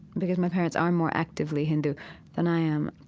because my parents are more actively hindu than i am,